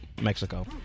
Mexico